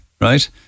right